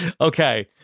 Okay